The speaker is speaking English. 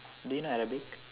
do you know arabic